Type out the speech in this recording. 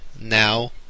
Now